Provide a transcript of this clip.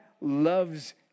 loves